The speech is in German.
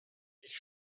ich